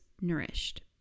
nourished